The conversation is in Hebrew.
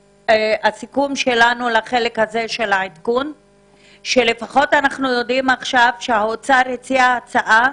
הסיכום שלנו לחלק הזה הוא שלפחות אנחנו יודעים שהאוצר הציע הצעה.